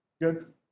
Good